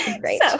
Great